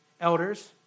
Elders